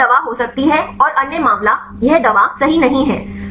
तो यह एक दवा हो सकती है और अन्य मामला यह दवा सही नहीं है